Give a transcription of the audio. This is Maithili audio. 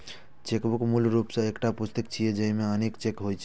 चेकबुक मूल रूप सं एकटा पुस्तिका छियै, जाहि मे अनेक चेक होइ छै